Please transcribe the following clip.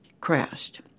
crashed